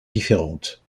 différente